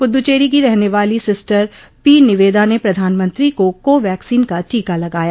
पुद्दुचेरी की रहने वाली सिस्टर पी निवेदा ने प्रधानमत्री को को वैक्सीन का टीका लगाया